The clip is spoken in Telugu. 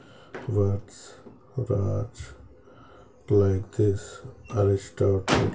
words Raj like this Aristotle